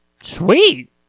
Sweet